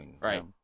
Right